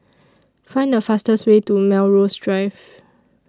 Find The fastest Way to Melrose Drive